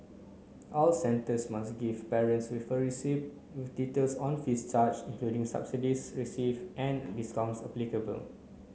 all centres must give parents a receipt with details on fees charged including subsidies receive and discounts applicable